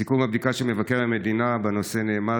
בסיכום הבדיקה של מבקר המדינה בנושא נאמר